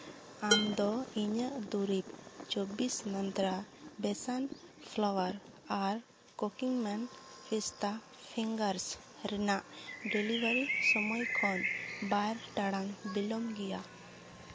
ᱟᱢᱫᱚ ᱤᱧᱟᱹᱜ ᱫᱩᱨᱤᱵᱽ ᱪᱚᱵᱵᱤᱥ ᱢᱟᱱᱛᱨᱟ ᱵᱮᱥᱚᱱ ᱯᱷᱞᱟᱣᱟᱨ ᱟᱨ ᱠᱩᱠᱤᱢᱮᱱ ᱯᱤᱥᱛᱟ ᱯᱷᱤᱝᱜᱟᱨᱥ ᱨᱮᱱᱟᱜ ᱰᱮᱞᱤᱵᱷᱟᱨᱤ ᱥᱚᱢᱚᱭ ᱠᱷᱚᱱ ᱵᱟᱨ ᱴᱟᱲᱟᱝ ᱵᱤᱞᱚᱢ ᱜᱮᱭᱟ